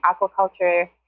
aquaculture